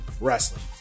wrestling